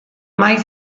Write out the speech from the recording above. mahai